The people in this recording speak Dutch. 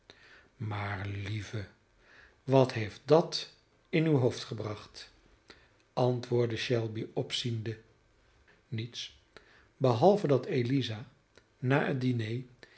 maar lieve wat heeft dat in uw hoofd gebracht antwoordde shelby opziende niets behalve dat eliza na het diner